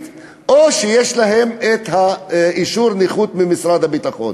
או שיש להם אישור נכות ממשרד הביטחון.